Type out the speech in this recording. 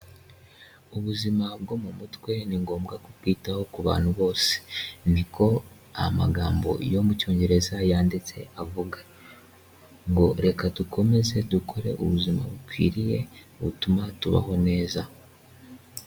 Ubuzima bwo mu mutwe ni ngombwa kubwitaho ku bantu bose. Niko amagambo yo mu cyongereza yanditse avuga. Ngo reka dukomeze dukore ubuzima bukwiriye butuma tubaho neza.